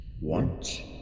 Want